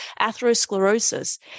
atherosclerosis